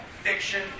fiction